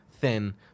thin